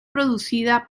producida